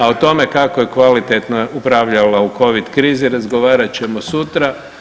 A o tome kako je kvalitetno upravljala u Covid krizi razgovarat ćemo sutra.